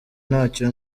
ntacyo